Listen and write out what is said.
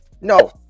no